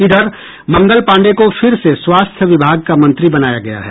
इधर मंगल पांडेय को फिर से स्वास्थ्य विभाग का मंत्री बनाया गया है